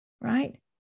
right